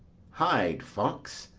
hide fox,